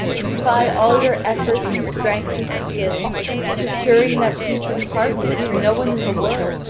and apply all your efforts and strength and skill in procuring that peace and pardon which no one in the world,